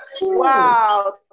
Wow